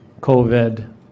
COVID